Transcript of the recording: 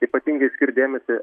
ypatingai skirt dėmesį